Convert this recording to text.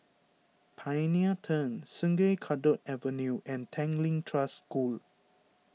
Pioneer Turn Sungei Kadut Avenue and Tanglin Trust School